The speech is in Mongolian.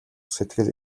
сэтгэл